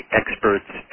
expert's